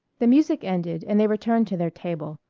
the music ended and they returned to their table,